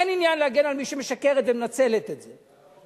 אין עניין להגן על מי שמשקרת ומנצלת את זה.